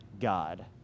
God